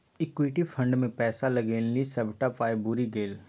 equity fund मे पैसा लगेलनि सभटा पाय बुरि गेल